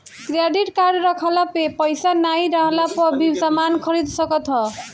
credit card रखला पे पईसा नाइ रहला पअ भी समान खरीद सकत हवअ